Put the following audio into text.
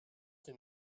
qui